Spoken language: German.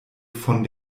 von